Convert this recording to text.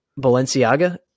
Balenciaga